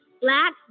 Black